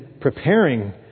preparing